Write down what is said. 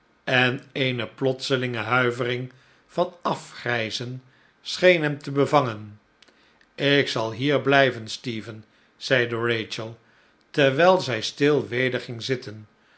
en eene plotselinge huivering van afgrijzen scheen hem te bevangen ik zal hier blijven stephen zeide rachel terwijl zij stil weder ging zitten